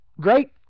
great